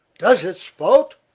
does it spout?